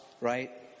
right